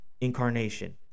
incarnation